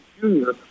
junior